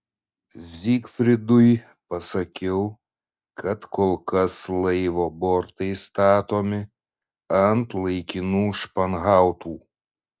zygfridui pasakiau kad kol kas laivo bortai statomi ant laikinų španhautų